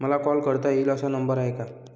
मला कॉल करता येईल असा नंबर आहे का?